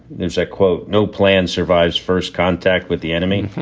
there's that quote, no plan survives. first contact with the enemy.